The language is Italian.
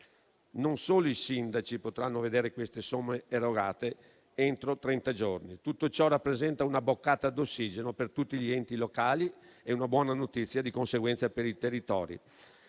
Non solo, i sindaci potranno vedere queste somme erogate entro trenta giorni. Tutto ciò rappresenta una boccata d'ossigeno per tutti gli enti locali e, di conseguenza, una buona notizia per i territori.